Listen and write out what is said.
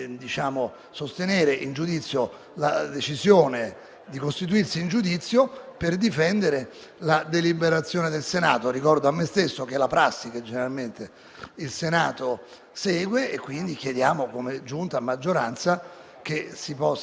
Credo che il Senato non solo abbia il diritto, ma abbia anche il dovere di difendere le proprie deliberazioni, qualora si renda necessario, nel caso in cui, come in questa circostanza, vengono contestate con un conflitto di attribuzione